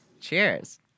Cheers